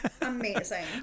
Amazing